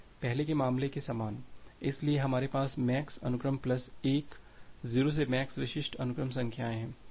पहले के मामले के समान इसलिए हमारे पास MAX अनुक्रम प्लस 1 0 से MAX विशिष्ट अनुक्रम संख्याएं हैं